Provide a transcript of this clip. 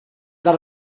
that